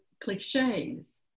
cliches